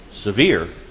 severe